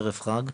ערב חג,